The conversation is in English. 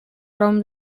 roamed